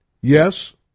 Yes